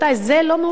זה לא מאושר,